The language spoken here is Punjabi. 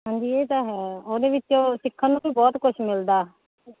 ਹਾਂਜੀ ਇਹ ਤਾਂ ਹੈ ਉਹਦੇ ਵਿੱਚੋਂ ਸਿੱਖਣ ਨੂੰ ਵੀ ਬਹੁਤ ਕੁਝ ਮਿਲਦਾ